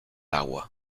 agua